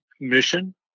mission